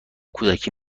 کودکی